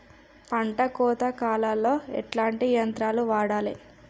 పంట కోత కాలాల్లో ఎట్లాంటి యంత్రాలు వాడాలే?